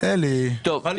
בני 80 ומעלה, אין להם